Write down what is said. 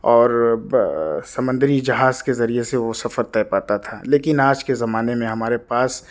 اور سمندری جہاز کے ذریعے سے وہ سفر طے پاتا تھا لیکن آج کے زمانے میں ہمارے پاس